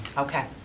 okay.